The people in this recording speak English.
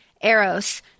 Eros